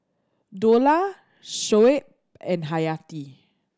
Dollah Shoaib and Hayati